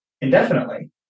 indefinitely